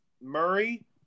Murray